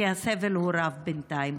כי הסבל הוא רב בינתיים.